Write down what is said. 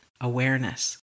awareness